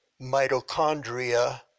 mitochondria